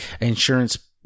insurance